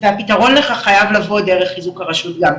והפתרון לכך חייב לבוא דרך חיזוק הרשות גם.